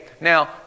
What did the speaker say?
Now